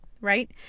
right